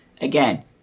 Again